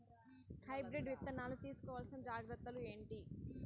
Hybrid విత్తనాలు తీసుకోవాల్సిన జాగ్రత్తలు ఏంటి?